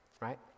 right